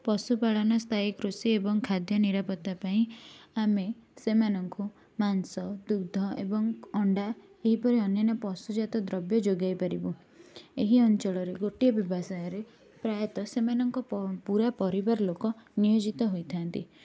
ପଶୁପାଳନ ସ୍ଥାୟୀ କୃଷି ଏବଂ ଖାଦ୍ୟ ନିରାପତ୍ତା ପାଇଁ ଆମେ ସେମାନଙ୍କୁ ମାଂସ ଦୁଗ୍ଧ ଏବଂ ଅଣ୍ଡା ଏହିପରି ଅନ୍ୟାନ୍ୟ ପଶୁଜାତ ଦ୍ରବ୍ୟ ଯୋଗେଇ ପାରିବୁ ଏହି ଅଞ୍ଚଳରେ ଗୋଟିଏ ବ୍ୟବସାୟରେ ପ୍ରାୟତଃ ସେମାନଙ୍କ ପ ପୁରା ପରିବାର ଲୋକ ନିୟୋଜିତ ହୋଇଥାନ୍ତି